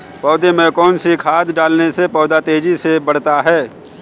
पौधे में कौन सी खाद डालने से पौधा तेजी से बढ़ता है?